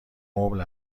مبل